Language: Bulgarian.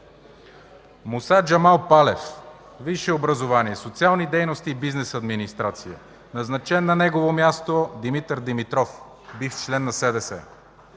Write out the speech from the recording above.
Муса Джемал Палев, висше образование – „Социални дейности и бизнес администрация”, назначен на негово място Димитър Димитров – бивш член на СДС;